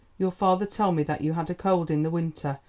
your father told me that you had a cold in the winter,